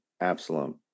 Absalom